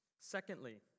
Secondly